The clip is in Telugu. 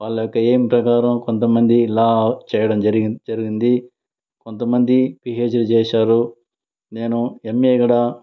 వాళ్ళకి ఎయిమ్ ప్రకారం కొంతమంది లా చేయడం జరిగింది జరిగింది కొంతమంది పిహెచ్డి చేశారు నేను ఎంఎ అక్కడ